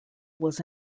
was